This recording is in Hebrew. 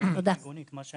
--- מהי